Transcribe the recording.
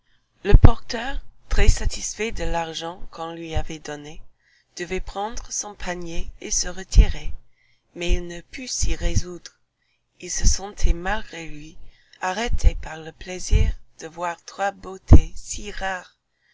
le porteur très-satisfait de l'argent qu'on lui avait donné devait prendre son panier et se retirer mais il ne put s'y résoudre il se sentait malgré lui arrêté par le plaisir de voir trois beautés si rares